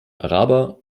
araber